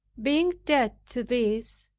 being dead to these,